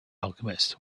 alchemist